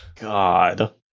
god